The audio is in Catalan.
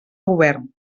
govern